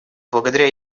благодаря